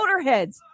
motorheads